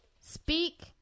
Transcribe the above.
speak